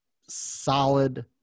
Solid